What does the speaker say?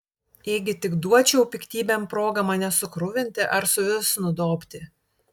ėgi tik duočiau piktybėm progą mane sukruvinti ar suvis nudobti